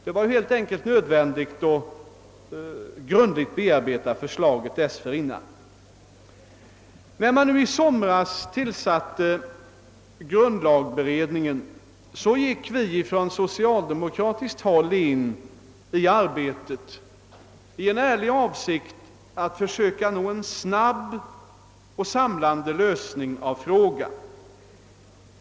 Det var helt enkelt nödvändigt att dessförinnan grundligt bearbeta förslaget. När grundlagsberedningen tillsattes i somras upptog vi socialdemokrater arbetet i den ärliga avsikten att försöka åstadkomma en snabb och samlande lösning av frågan.